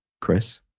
chris